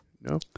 No